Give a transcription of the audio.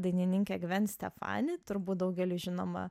dainininkė gven stefani turbūt daugeliui žinoma